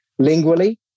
lingually